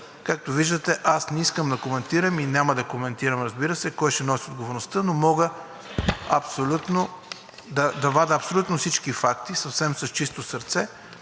Както виждате, аз не искам да коментирам и няма да коментирам, разбира се, кой ще носи отговорността, но мога да вадя абсолютно всички факти съвсем с чисто сърце,